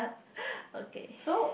okay